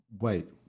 wait